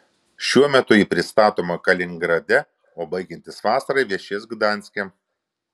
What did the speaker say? šiuo metu ji pristatoma kaliningrade o baigiantis vasarai viešės gdanske